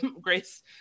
Grace